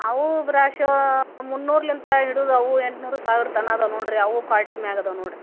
ಅವು ಬ್ರಾಶೋ ಮುನ್ನೂರ್ಲಿಂದ ಹಿಡಿದು ಅವು ಎಂಟ್ನೂರು ಸಾವಿರ ತನಕ ಅದಾವೆ ನೋಡಿರಿ ಅವು ಕ್ವಾಲ್ಟಿ ಮ್ಯಾಗೆ ಅದಾವೆ ನೋಡಿರಿ